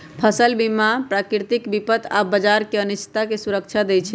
फसल बीमा प्राकृतिक विपत आऽ बाजार के अनिश्चितता से सुरक्षा देँइ छइ